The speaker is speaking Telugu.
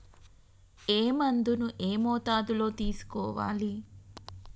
ఏ మందును ఏ మోతాదులో తీసుకోవాలి?